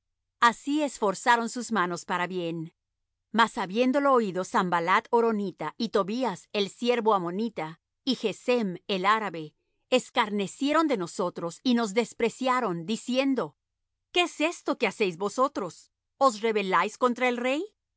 así esforzaron sus manos para bien mas habiéndolo oído samballat horonita y tobías el siervo ammonita y gesem el arabe escarnecieron de nosotros y nos despreciaron diciendo qué es esto que hacéis vosotros os rebeláis contra el rey